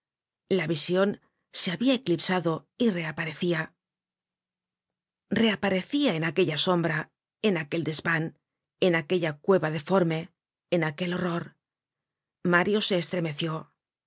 la vision se habia eclipsado y reaparecia reaparecia en aquella sombra en aquel desvan en aquella cueva deforme en aquel horror mario se estremeció